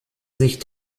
sich